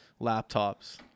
laptops